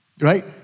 Right